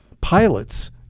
pilots